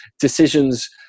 decisions